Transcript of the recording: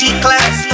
G-Class